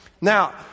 Now